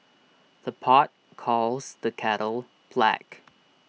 the pot calls the kettle black